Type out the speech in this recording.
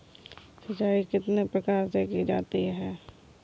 सिंचाई कितने प्रकार से की जा सकती है?